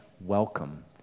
welcome